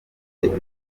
dufite